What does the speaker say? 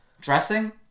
dressing